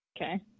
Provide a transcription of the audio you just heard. Okay